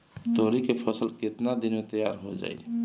तोरी के फसल केतना दिन में तैयार हो जाई?